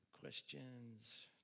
Questions